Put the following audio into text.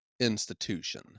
institution